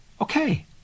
Okay